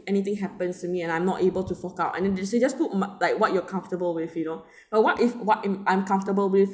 anything happens to me and I'm not able to fork out and then they just said just put mm like what you're comfortable with you know what if what if I'm comfortable with